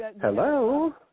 Hello